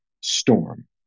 storm